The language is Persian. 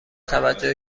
توجه